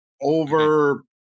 Over